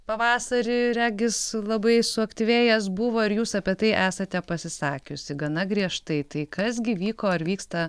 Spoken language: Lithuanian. pavasarį regis labai suaktyvėjęs buvo ir jūs apie tai esate pasisakiusi gana griežtai tai kas gi vyko ar vyksta